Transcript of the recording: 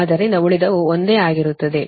ಆದ್ದರಿಂದ ಉಳಿದವು ಒಂದೇ ಆಗಿರುತ್ತದೆ